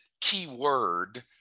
keyword